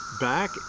back